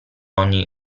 ogni